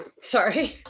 Sorry